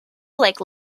like